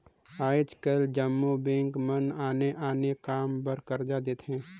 आएज काएल जम्मो बेंक मन आने आने काम बर करजा देथे